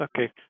Okay